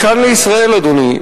מכאן לישראל, אדוני.